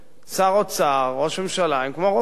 שר אוצר וראש ממשלה הם כמו רופאים,